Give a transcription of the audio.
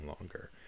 longer